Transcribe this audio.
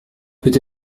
peut